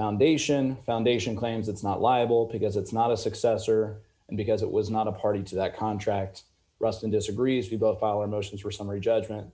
foundation foundation claims it's not liable because it's not a successor and because it was not a party to that contract ruston disagrees with both our emotions for summary judgment